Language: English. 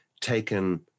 taken